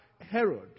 Herod